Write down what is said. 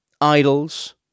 idols